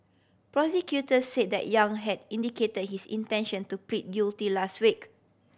prosecutor said that Yang had indicate his intention to plead guilty last week